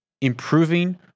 improving